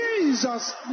Jesus